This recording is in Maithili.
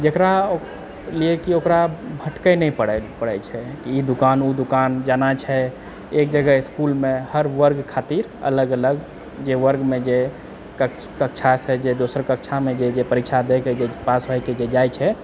जकरा लिअऽ कि ओकरा भटकएनहि पड़ै छै कि ई दुकान ओ दुकान जाना छै एक जगह इसकुलमे हर वर्ग खातिर अलग अलग जे वर्गमे जे कक्षासँ जे दोसर कक्षामे जे परीक्षा दै कऽ जे पास होय कऽ जे जाइत छै